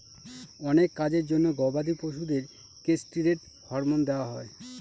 অনেক কাজের জন্য গবাদি পশুদের কেষ্টিরৈড হরমোন দেওয়া হয়